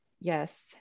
Yes